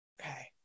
Okay